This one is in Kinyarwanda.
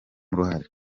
uruhare